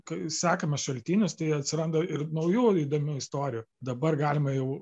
kai sekame šaltinius tai atsiranda ir naujų įdomių istorijų dabar galima jau